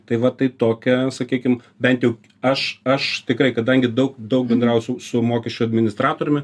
tai va tai tokia sakykim bent jau aš aš tikrai kadangi daug daug bendrauju su su mokesčių administratoriumi